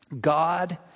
God